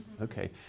okay